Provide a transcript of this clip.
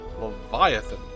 Leviathan